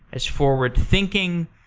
as forward thinking.